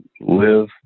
Live